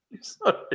Sorry